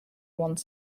one